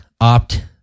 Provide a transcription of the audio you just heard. opt